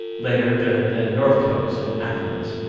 later there had been northcotes and aclands,